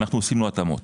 עשינו התאמות.